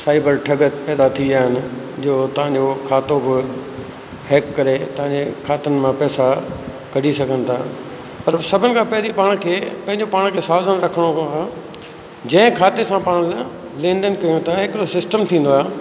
cyber ठॻ पैदा थी विया आहिनि जो तव्हांजो खातो ॻोल हैक करे तव्हांजे खातनि मां पैसा कढी सघनि था पर सभिनि खां पहिरीं पाण खे पंहिंजो पाण खे साधन रखिणो हा जंहिं खाते सां पाण खे लेन देन कयूं था हिकिड़ो सिस्टम थींदो आहे